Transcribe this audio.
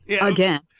again